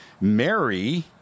Mary